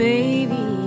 Baby